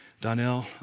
Donnell